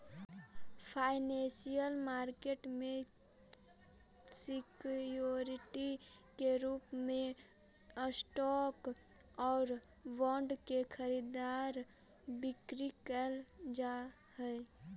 financial market में security के रूप में स्टॉक आउ बॉन्ड के खरीद बिक्री कैल जा हइ